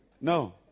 No